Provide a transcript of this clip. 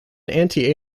anti